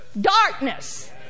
darkness